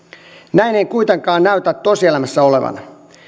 näin ei kuitenkaan näytä tosielämässä olevan